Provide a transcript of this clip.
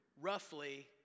Roughly